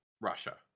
russia